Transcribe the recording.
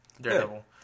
Daredevil